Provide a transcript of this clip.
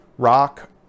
Rock